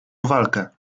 walkę